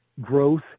growth